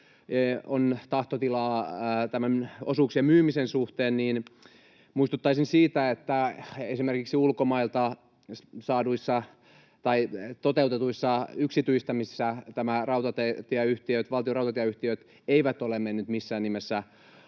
on tahtotilaa osuuksien myymisen suhteen, muistuttaisin siitä, että esimerkiksi ulkomailta toteutetuissa yksityistämisissä valtion rautatieyhtiöt eivät ole menneet missään nimessä